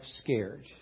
scared